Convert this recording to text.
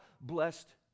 blessed